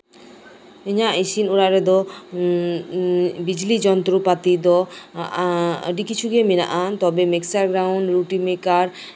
ᱤᱧᱟᱹᱜ ᱤᱥᱤᱱ ᱚᱲᱟᱜ ᱨᱮᱫᱚ ᱵᱤᱡᱽᱞᱤ ᱡᱚᱱᱛᱨᱚᱯᱟᱹᱛᱤ ᱫᱚ ᱟᱹᱰᱤ ᱠᱤᱪᱷᱩ ᱜᱮ ᱢᱮᱱᱟᱜᱼᱟ ᱛᱚᱵᱮ ᱢᱤᱠᱥᱪᱟᱨ ᱵᱨᱟᱣᱩᱱᱰ ᱨᱩᱴᱤ ᱢᱮᱠᱟᱨ